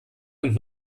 und